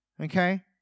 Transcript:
okay